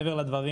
מעבר לזה,